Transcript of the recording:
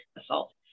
assault